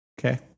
Okay